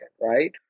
right